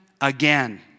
again